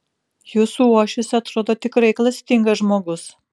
jūsų uošvis atrodo tikrai klastingas žmogus